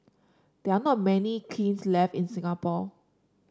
they are not many kilns left in Singapore